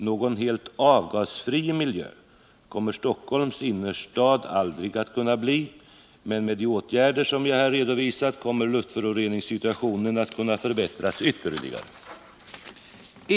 Någon helt avgasfri miljö kommer Stockholms innerstad aldrig att kunna bli, men med de åtgärder jag har redovisat kommer luftföroreningssituationen att kunna förbättras ytterligare.